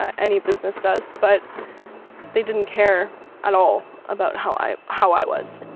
any business does, but they didn't care at all about how i how i was.